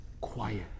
quiet